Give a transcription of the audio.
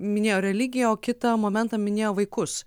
minėjo religiją o kitą momentą minėjo vaikus